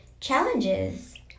challenges